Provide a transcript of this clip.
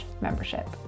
membership